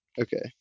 Okay